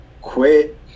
quit